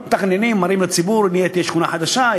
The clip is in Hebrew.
מתכננים, מראים לציבור, תהיה שכונה חדשה.